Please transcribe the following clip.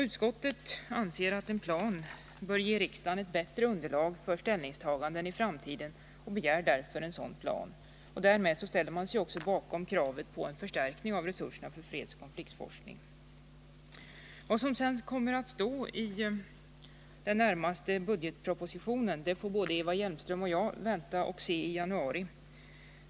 Utskottet anser att en plan bör ge riksdagen ett bättre underlag för ställningstaganden i framtiden, och man begär därför en sådan plan. Därmed ställer man sig också bakom kravet på en förstärkning av resurserna för fredsoch konfliktforskningen. Vad som sedan kommer att stå i den budgetproposition som nu skall läggas fram får både Eva Hjelmström och jag se i januari.